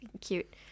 cute